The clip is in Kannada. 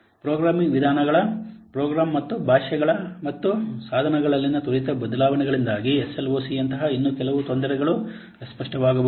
ಪ್ರೋಗ್ರಾಮಿಂಗ್ ವಿಧಾನಗಳ ಪ್ರೋಗ್ರಾಂ ಮತ್ತು ಭಾಷೆಗಳು ಮತ್ತು ಸಾಧನಗಳಲ್ಲಿನ ತ್ವರಿತ ಬದಲಾವಣೆಗಳಿಂದಾಗಿ ಎಸ್ಎಲ್ಒಸಿಯಂತಹ ಇನ್ನೂ ಕೆಲವು ತೊಂದರೆಗಳು ಅಸ್ಪಷ್ಟವಾಗಬಹುದು